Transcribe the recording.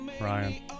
Ryan